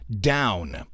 down